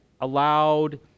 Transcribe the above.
allowed